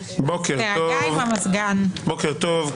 בוקר טוב,